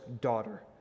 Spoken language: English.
daughter